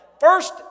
First